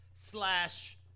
slash